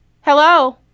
Hello